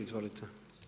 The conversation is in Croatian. Izvolite.